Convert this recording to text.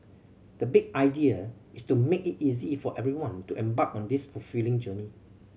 the big idea is to make it easy for everyone to embark on this fulfilling journey